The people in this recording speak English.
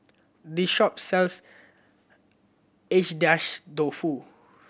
this shop sells Agedashi Dofu